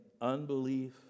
unbelief